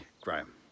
Graham